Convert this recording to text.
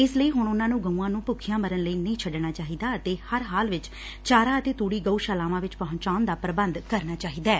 ਇਸ ਲਈ ਹੁਣ ਉਨੂਾਂ ਨੂੰ ਗਊਆਂ ਨੂੰ ਭੁੱਖੀਆਂ ਮਰਨ ਲਈ ਨਹੀ ਛੱਡਣਾ ਚਾਹੀਦਾ ਅਤੇ ਹਰ ਹਾਲ ਵਿਚ ਚਾਰਾ ਅਤੇ ਤੂਤੀ ਗਊਸਾਲਾਵਾਂ ਵਿਚ ਪਹੂੰਚਾਉਣ ਦਾ ਪ੍ਰਬੰਧ ਕਰਨਾ ਚਾਹੀਦਾ ਐ